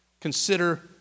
consider